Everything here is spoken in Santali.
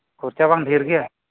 ᱠᱷᱚᱨᱪᱟ ᱵᱟᱝ ᱫᱷᱮᱨ ᱜᱮᱭᱟ